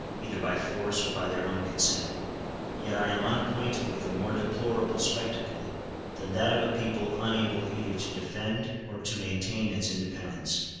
either by force or by their own consent yet i am unacquainted with a more deplorable spectacle than that of a people unable either to defend or to maintain its independence.